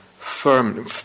Firm